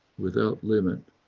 without limit.